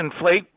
inflate